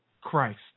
Christ